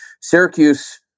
Syracuse